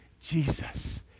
Jesus